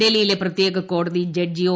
ഡൽഹിയിലെ പ്രത്യേക കോടതി ജഡ്ജി ഒ